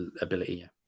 ability